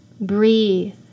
breathe